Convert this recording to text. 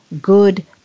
good